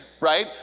right